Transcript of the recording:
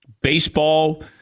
Baseball